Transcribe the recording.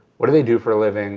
what do they do for a living